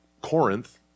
Corinth